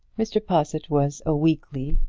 mr. possitt was a weakly,